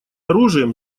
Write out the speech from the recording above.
оружием